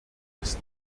ist